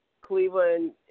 Cleveland